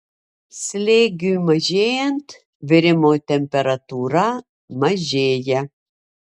slėgiui mažėjant virimo temperatūra mažėja